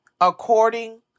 according